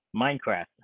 Minecraft